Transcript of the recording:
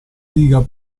liga